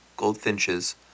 Goldfinches